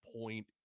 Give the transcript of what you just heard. point